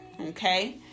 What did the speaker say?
okay